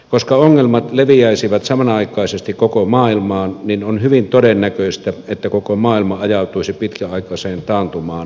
koska ongelmat leviäisivät samanaikaisesti koko maailmaan on hyvin todennäköistä että koko maailma ajautuisi pitkäaikaiseen taantumaan ja lamaan